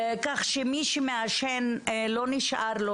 כך שמי שמעשן לא נשאר לו,